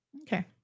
Okay